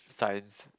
signs